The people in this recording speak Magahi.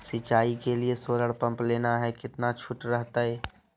सिंचाई के लिए सोलर पंप लेना है कितना छुट रहतैय?